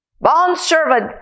Bondservant